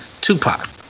Tupac